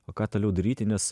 o ką toliau daryti nes